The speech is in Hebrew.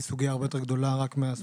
היא סוגיה הרבה יותר גדולה רק מהסוגיה שלכם.